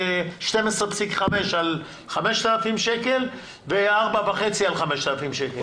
ה-12.5% על 5,000 שקל ו-4.5% על 5,000 שקל.